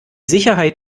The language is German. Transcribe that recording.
sicherheit